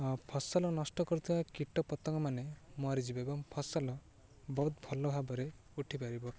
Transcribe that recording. ହଁ ଫସଲ ନଷ୍ଟ କରୁଥିବା କୀଟପତଙ୍ଗ ମାନ ମରିଯିବେ ଏବଂ ଫସଲ ବହୁତ ଭଲ ଭାବରେ ଉଠିପାରିବ